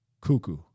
cuckoo